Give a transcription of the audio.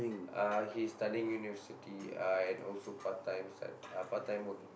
uh he's studying university uh and also part-time uh part-time working